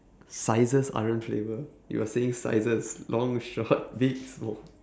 sizes aren't flavour you're saying sizes long short big small